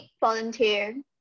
volunteer